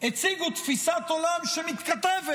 הציגו תפיסת עולם שמתכתבת